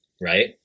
right